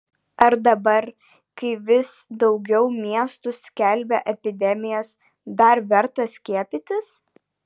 ar dabar kai vis daugiau miestų skelbia epidemijas dar verta skiepytis